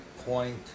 point